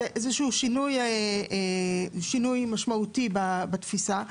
זה איזשהו שינוי משמעותי בתפיסה,